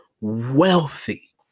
wealthy